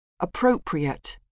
appropriate